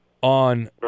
on